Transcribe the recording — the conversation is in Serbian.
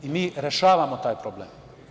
Mi rešavamo taj problem.